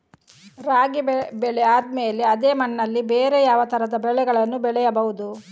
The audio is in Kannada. ರಾಗಿ ಬೆಳೆ ಆದ್ಮೇಲೆ ಅದೇ ಮಣ್ಣಲ್ಲಿ ಬೇರೆ ಯಾವ ತರದ ಬೆಳೆಗಳನ್ನು ಬೆಳೆಯಬಹುದು?